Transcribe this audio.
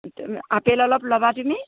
apple অলপ ল'বা তুমি